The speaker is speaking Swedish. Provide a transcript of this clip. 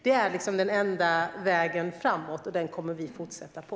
Det är den enda vägen framåt, och den kommer vi att fortsätta på.